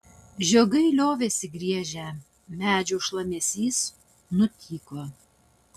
žiogai liovėsi griežę medžių šlamesys nutyko